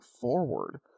forward